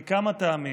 מכמה טעמים: